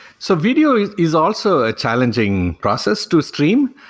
so video is also a challenging process to stream,